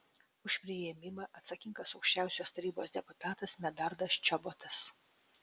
už priėmimą atsakingas aukščiausiosios tarybos deputatas medardas čobotas